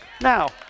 Now